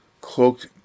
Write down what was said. cloaked